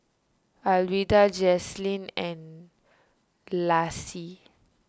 Alwilda Jaylen and Lacie